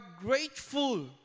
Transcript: grateful